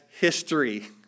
history